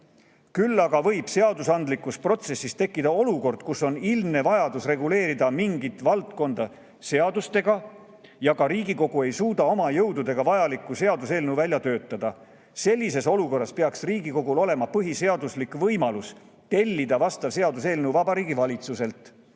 "Küll aga võib seadusandlikus protsessis tekkida olukord, kus on ilmne vajadus reguleerida mingit valdkonda seadustega ja ka Riigikogu ei suuda oma jõududega vajalikku seaduseelnõu välja töötada. Sellises olukorras peaks Riigikogul olema põhiseaduslik võimalus tellida vastav seaduseelnõu Vabariigi Valitsuselt.